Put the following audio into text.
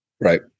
right